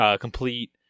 complete